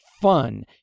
fun